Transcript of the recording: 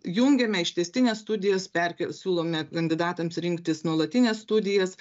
jungiame ištęstines studijas perkel siūlome kandidatams rinktis nuolatines studijas